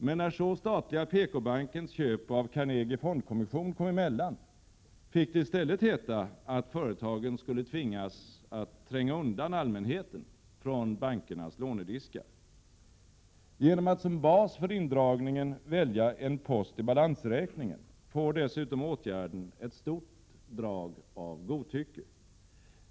Men när så statliga PKbankens köp av Carnegie Fondkommission kom emellan, fick det i stället heta att företagen skulle tvingas att tränga undan allmänheten från bankernas lånediskar. Genom att som bas för indragningen välja en post i balansräkningen får dessutom åtgärden ett stort drag av godtycke.